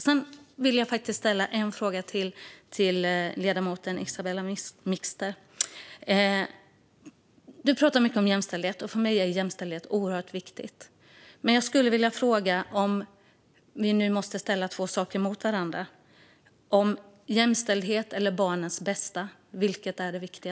Sedan vill jag ställa en fråga till ledamoten Isabell Mixter, som pratar mycket om jämställdhet, som är oerhört viktigt för mig. Jag skulle vilja fråga - om vi nu måste ställa två saker mot varandra - om det viktigaste är jämställdhet eller barnens bästa.